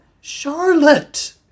Charlotte